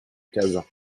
kazan